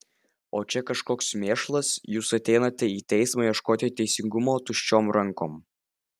o čia kažkoks mėšlas jūs ateinate į teismą ieškoti teisingumo tuščiom rankom